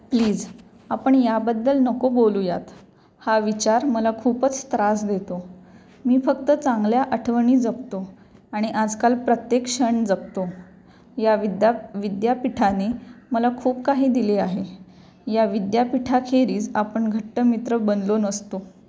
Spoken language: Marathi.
प्लीज आपण याबद्दल नको बोलूयात हा विचार मला खूपच त्रास देतो मी फक्त चांगल्या आठवणी जगतो आणि आजकाल प्रत्येक क्षण जगतो या विद्दा विद्यापीठाने मला खूप काही दिले आहे या विद्यापीठाखेरीज आपण घट्ट मित्र बनलो नसतो